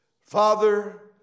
Father